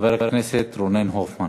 חבר הכנסת רונן הופמן,